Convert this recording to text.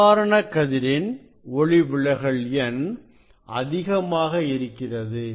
சாதாரண கதிரின் ஒளிவிலகல் எண் அதிகமாக இருக்கிறது